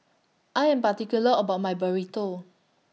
I Am particular about My Burrito